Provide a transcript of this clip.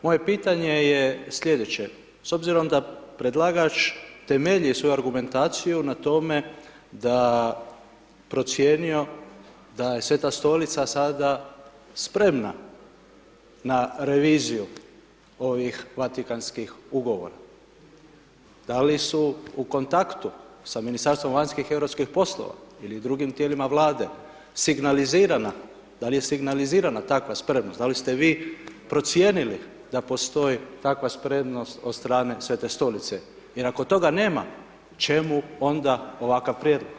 Moje pitanje je slijedeće, s obzirom da predlagač temelji svoju argumentaciju na tome da procijenio da je Sveta Stolica sada spremna na reviziju ovih Vatikanskih ugovora, da li su u kontaktu sa Ministarstvom vanjskih i europskih poslova ili drugim tijelima Vlade, signalizirana, da li je signalizirana takva spremnost, da li ste vi procijenili da postoji takva spremnost od strane Svete Stolice, jer ako toga nema, čemu onda ovakav prijedlog?